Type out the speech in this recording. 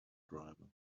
driver